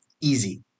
Easy